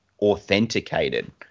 authenticated